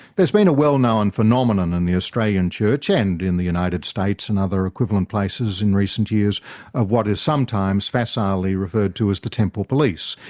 there's been a well known phenomenon in the australian church and in the united states and other equivalent places in recent years of what is sometimes facilely referred to as the temple police.